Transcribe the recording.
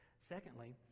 Secondly